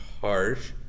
harsh